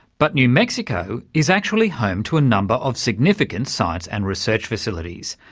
but new mexico is actually home to a number of significant science and research facilities.